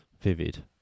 vivid